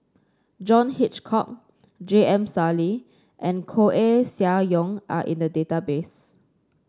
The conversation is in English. John Hitchcock J M Sali and Koeh Sia Yong are in the database